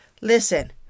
Listen